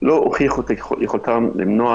לא הוכיחו את יכולתם למנוע